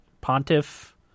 pontiff